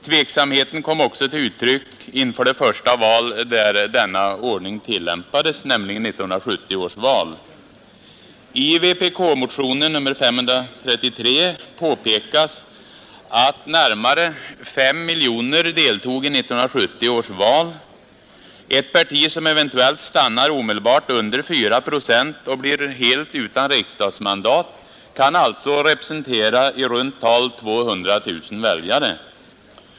Tveksamheten kom också till uttryck inför det första val där denna ordning tillämpades, nämligen 1970 års val. I vpk-motionen 533 påpekas att närmare 5 miljoner deltog i 1970 års val. Ett parti som eventuellt stannar omedelbart under 4 procent och blir helt utan riksdagsmandat kan alltså representera i runt tal 200 000 väljare.